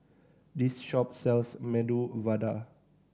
this shop sells Medu Vada